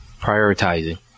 Prioritizing